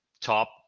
top